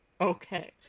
okay